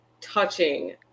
touching